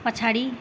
पछाडि